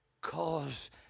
cause